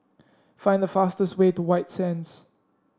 find the fastest way to White Sands